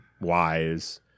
wise